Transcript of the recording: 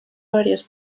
varios